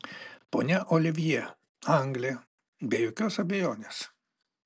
ponia olivjė anglė be jokios abejonės